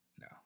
no